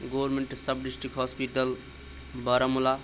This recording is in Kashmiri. government sub district hospital Baramulla